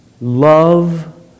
love